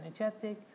energetic